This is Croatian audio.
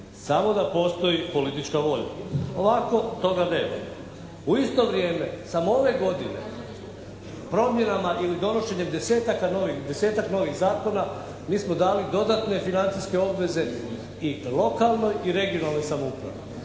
Samo da postoji politička volja. Ovako toga nemamo. U isto vrijeme samo ove godine promjenama ili donošenjem desetaka novih, desetak novih zakona mi smo dali dodatne financijske obveze i lokalnoj i regionalnoj samoupravi.